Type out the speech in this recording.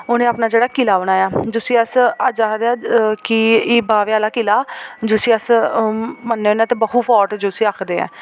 उ'नें अपना जेह्ड़ा किला बनाया जिसी अस अज्ज आखदे आं कि बाह्बे आह्ला किला जिसी अस मन्नने बाहू फार्ट जिसी आखदे ऐं